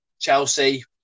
Chelsea